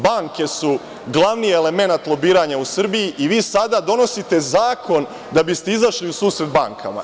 Banke su glavni elemenat lobiranja u Srbiji i vi sada donosite zakon da bi ste izašli u susret bankama.